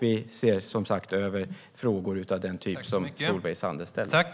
Vi ser som sagt över frågor av den typ Solveig Zander ställer.